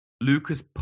Lucas